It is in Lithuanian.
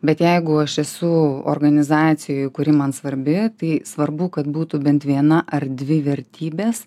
bet jeigu aš esu organizacijoj kuri man svarbi tai svarbu kad būtų bent viena ar dvi vertybės